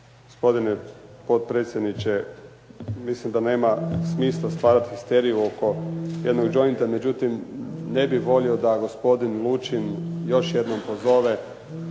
Hvala vam